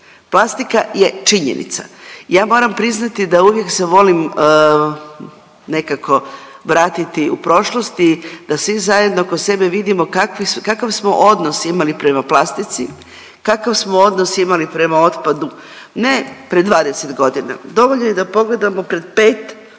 plastika je činjenica. Ja moram priznati da uvijek se volim nekako vratiti u prošlosti da svi zajedno oko sebe vidimo kakav smo odnos imali prema plastici, kakav smo odnos imali prema otpadu, ne pred 20.g., dovoljno je da pogledamo pred 5., ali